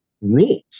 rules